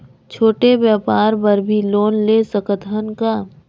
छोटे व्यापार बर भी लोन ले सकत हन का?